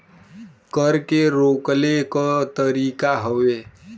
कर के रोकले क तरीका हउवे